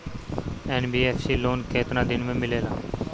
NBFC loan केतना दिन मे मिलेला?